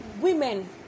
women